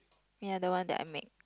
ya the one that I make